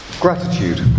Gratitude